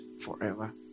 forever